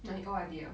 no he O_R_D liao